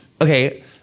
Okay